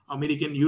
American